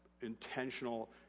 intentional